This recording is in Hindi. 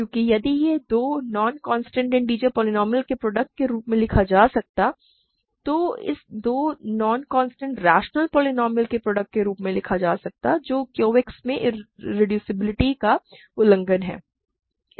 क्योंकि यदि इसे दो नॉन कांस्टेंट इन्टिजर पोलीनोमिअल के प्रॉडक्ट के रूप में लिखा जा सकता है तो इसे दो नॉन कांस्टेंट रैशनल पोलीनोमिअल के प्रॉडक्ट के रूप में लिखा जा सकता है जो Q X में इररेडूसिबिलिटी का उल्लंघन करते हैं